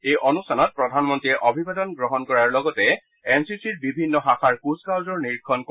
এই অনুষ্ঠানত প্ৰধানমন্ত্ৰীয়ে অভিবাদন গ্ৰহণ কৰাৰ লগতে এন চি চিৰ বিভিন্ন শাখাৰ কুছকাৱাজৰ নিৰীক্ষণ কৰিব